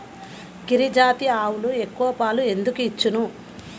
గిరిజాతి ఆవులు ఎక్కువ పాలు ఎందుకు ఇచ్చును?